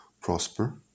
prosper